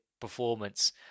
performance